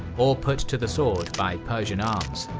or put to the sword by persian arms.